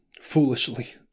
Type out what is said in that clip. foolishly